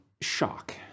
shock